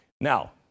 Now